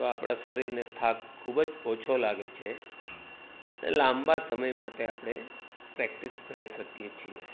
તો આપણા શરીરને થાક ખૂબ જ ઓછો લાગે છે એ લાંબા સમય માટે આપણે પ્રેક્ટિસ કરી શકીએ છીએ